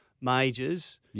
majors